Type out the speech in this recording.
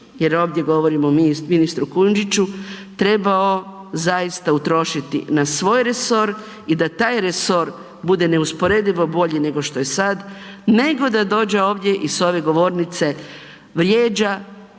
jer ovdje govorimo o ministru Kujundžiću trebao zaista utrošiti na svoj resor i da taj resor bude neusporedivo bolji nego što je sad nego da dođe ovdje i s ove govornice vrijeđa